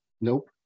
nope